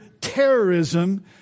terrorism